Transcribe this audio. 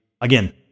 again